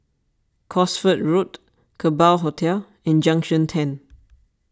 Cosford Road Kerbau Hotel and Junction ten